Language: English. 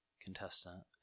contestant